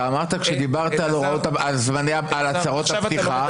אתה אמרת כשדיברת על הצהרות הפתיחה --- אלעזר.